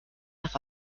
nach